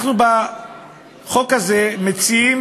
אנחנו בחוק הזה מציעים